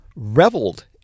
reveled